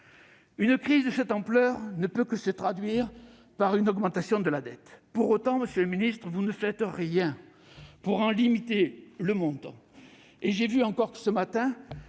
Une crise de cette ampleur ne peut que se traduire par une augmentation de la dette. Pour autant, monsieur le ministre, vous ne faites rien pour en limiter le montant. Le commissaire européen